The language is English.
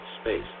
space